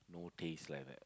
no taste like that